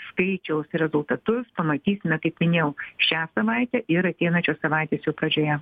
skaičiaus rezultatus pamatysime kaip minėjau šią savaitę ir ateinančios savaitės jau pradžioje